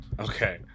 Okay